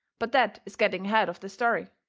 but that is getting ahead of the story.